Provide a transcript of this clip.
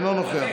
אינו נוכח,